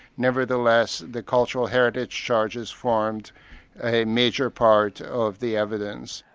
nevertheless the cultural heritage charges formed a major part of the evidence.